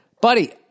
Buddy